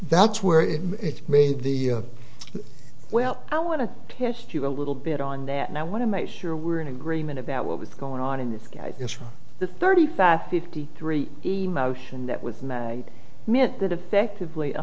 that's where it made the well i want to test you a little bit on that and i want to make sure we're in agreement about what was going on in this guy is from the thirty five fifty three the motion that was in the myth that effectively